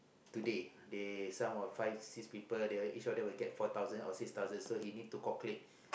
today they some of five six people they each of them will get four thousand or six thousand so he need to calculate